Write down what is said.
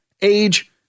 age